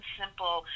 simple